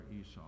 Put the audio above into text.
Esau